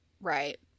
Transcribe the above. right